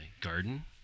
Garden